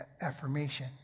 affirmation